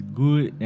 good